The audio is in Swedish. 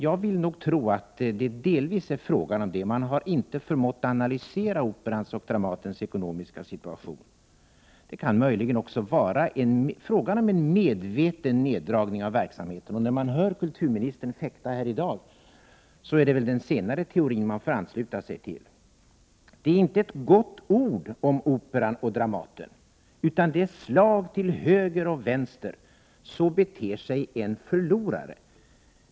Jag vill tro att det delvis är fråga om det. Man har inte förmått att analysera Operans och Dramatens ekonomiska situation. Men det kan också vara fråga om en medveten neddragning av verksamheten. När man hör kulturministern fäkta här i dag, är det väl den senare teorin Prot. 1988/89:86 man får ansluta sig till. Det är inte ett gott ord om Operan och Dramaten, 22 mars 1989 utan det är slag till höger och vänster. Så beter sig en förlorare.